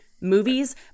movies